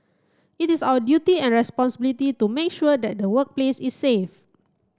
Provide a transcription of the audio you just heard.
it is our duty and responsibility to make sure that the workplace is safe